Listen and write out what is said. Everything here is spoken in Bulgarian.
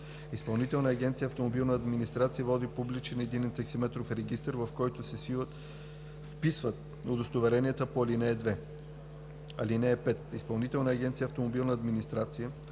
Изпълнителната агенция „Автомобилна администрация“ води публичен единен таксиметров регистър, в който се вписват удостоверенията по ал. 2. (5) Изпълнителна агенция „Автомобилна администрация“